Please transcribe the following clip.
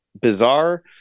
bizarre